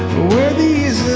where these